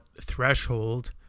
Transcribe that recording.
threshold